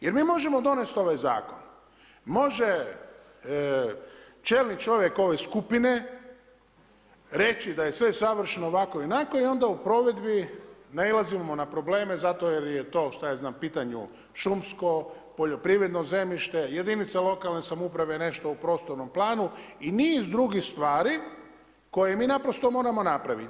Jer mi možemo donesti ovaj zakon, može čelni čovjek ove skupine reći da je sve savršeno ovako i onako i onda u provedbi nailazimo na probleme zato jer je to u pitanju šumsko, poljoprivredno zemljište, jedinica lokalne samouprave nešto u prostornom planu i niz drugih stvari koje mi moramo napraviti.